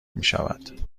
میشود